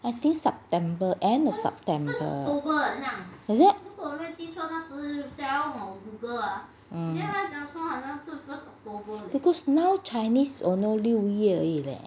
I think september end of september is it mm because now chinese only 六月 eh